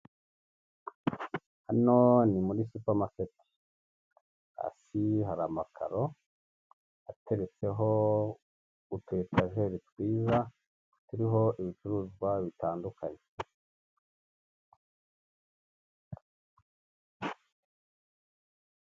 Hano ni muri supamaketi, hasi hari amakaro ateretseho utuyetajeri twiza turiho ibicuruzwa bitandukanye.